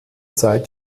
zeit